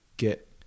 get